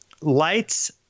lights